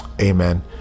amen